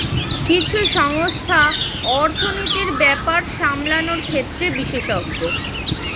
কিছু সংস্থা অর্থনীতির ব্যাপার সামলানোর ক্ষেত্রে বিশেষজ্ঞ